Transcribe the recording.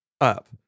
up